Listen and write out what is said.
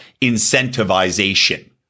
incentivization